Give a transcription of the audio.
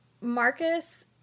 Marcus